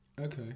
Okay